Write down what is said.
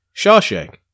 Shawshank